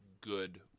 good